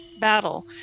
battle